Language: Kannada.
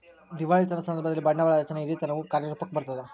ದಿವಾಳಿತನದ ಸಂದರ್ಭದಲ್ಲಿ, ಬಂಡವಾಳ ರಚನೆಯ ಹಿರಿತನವು ಕಾರ್ಯರೂಪುಕ್ಕ ಬರತದ